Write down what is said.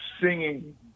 singing